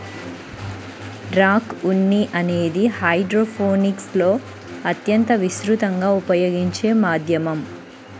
rock ఉన్ని అనేది హైడ్రోపోనిక్స్లో అత్యంత విస్తృతంగా ఉపయోగించే మాధ్యమం